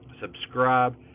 subscribe